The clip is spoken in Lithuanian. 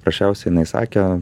prasčiausia jinai sakė